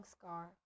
scar